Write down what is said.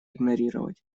игнорировать